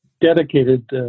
dedicated